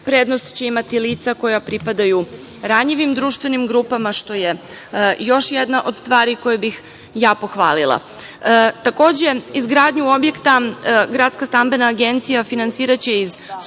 Prednost će imati lica koja pripadaju ranjivim društvenim grupama, što je još jedna od stvari koje bih ja pohvalila. Takođe,